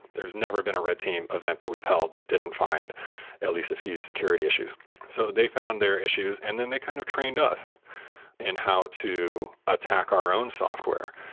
there's never been a red team event that we've held that didn't find at least a few security issues so they found their issues and then they kind of trained us in how to attack our own software.